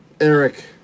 Eric